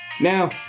Now